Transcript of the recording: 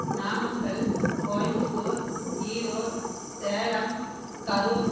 Namakkal Coimbatore Erode Salem Karur